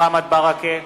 מוחמד ברכה,